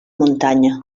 muntanya